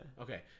Okay